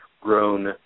grown